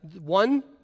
one